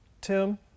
Tim